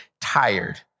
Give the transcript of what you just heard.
tired